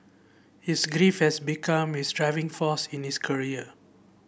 his grief has become his driving force in his career